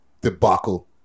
debacle